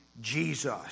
Jesus